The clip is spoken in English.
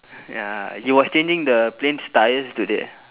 ya he was changing the plane's tyres today